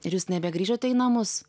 ir jūs nebegrįžote į namus